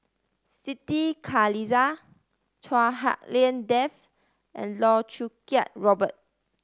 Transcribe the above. Siti Khalijah Chua Hak Lien Dave and Loh Choo Kiat Robert